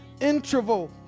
interval